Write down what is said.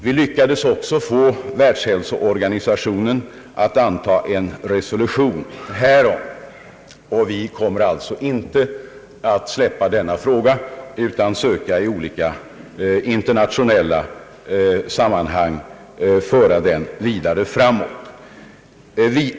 Vi lyckades också få Världshälsoorganisationen att anta en resolution härom, och vi kommer alltså inte att släppa denna fråga utan söker i olika internationella sammanhang föra den ytterligare framåt.